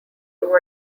two